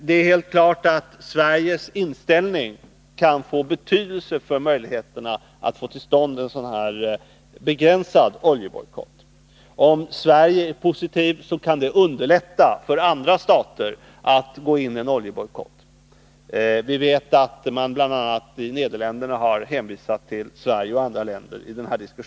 Det är helt klart att Sveriges inställning kan få betydelse för möjligheterna att få till stånd en sådan begränsad oljebojkott. Om Sverige är positivt kan det underlätta för andra stater att gå in i en oljebojkott. Vi vet att man bl.a. i Nederländerna i den här diskussionen har hänvisat till Sverige och andra länder.